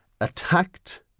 attacked